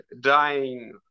dying